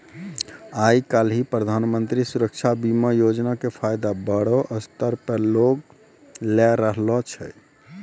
आइ काल्हि प्रधानमन्त्री सुरक्षा बीमा योजना के फायदा बड़ो स्तर पे लोग लै रहलो छै